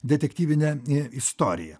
detektyvinę istoriją